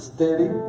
Steady